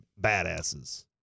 badasses